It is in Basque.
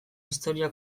historia